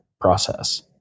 process